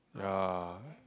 ya